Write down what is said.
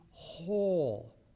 whole